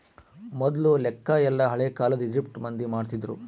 ಮೊದ್ಲು ಲೆಕ್ಕ ಎಲ್ಲ ಹಳೇ ಕಾಲದ ಈಜಿಪ್ಟ್ ಮಂದಿ ಮಾಡ್ತಿದ್ರು